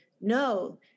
no